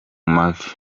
mavi